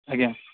ଆଜ୍ଞା